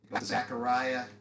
Zechariah